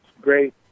great